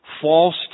false